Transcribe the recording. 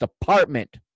department